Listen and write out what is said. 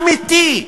אמיתי,